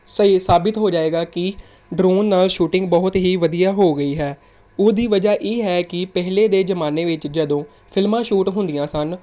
ਸਹੀ ਸਾਬਿਤ ਹੋ ਜਾਏਗਾ ਕਿ ਡਰੋਨ ਨਾਲ ਸ਼ੂਟਿੰਗ ਬਹੁਤ ਹੀ ਵਧੀਆ ਹੋ ਗਈ ਹੈ ਉਹਦੀ ਵਜ੍ਹਾ ਇਹ ਹੈ ਕਿ ਪਹਿਲੇ ਦੇ ਜਮਾਨੇ ਵਿੱਚ ਜਦੋਂ ਫਿਲਮਾਂ ਸ਼ੂਟ ਹੁੰਦੀਆਂ ਸਨ